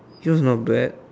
he was not bad